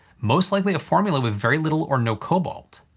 most likely a formula with very little or no cobalt.